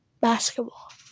basketball